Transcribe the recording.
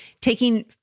taking